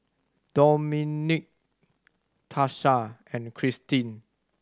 Domonique Tarsha and Kirsten